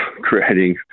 creating